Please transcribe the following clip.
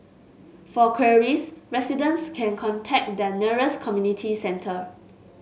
for queries residents can contact their nearest community centre